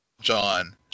John